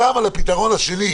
גם לגבי הפתרון השני,